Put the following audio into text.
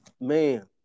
man